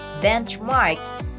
benchmarks